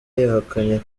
yahakanye